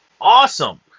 awesome